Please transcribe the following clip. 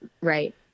Right